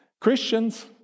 Christians